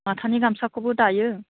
माथानि गामसाखौबो दायो